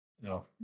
No